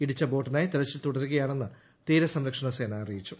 ഇടിച്ച ബോട്ടിനായി തിരച്ചിൽ തുടരുകയാണെന്ന് തീരസംരക്ഷണ സേന അറിയിച്ചു